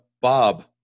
Bob